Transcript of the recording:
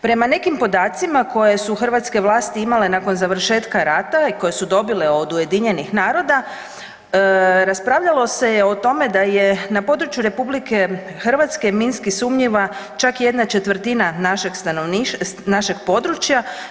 Prema nekim podacima koje su hrvatske vlasti imale nakon završetka rata i koje su dobile od UN-a raspravljalo se je o tome da je na području RH minski sumnjiva čak jedna četvrtina našeg područja.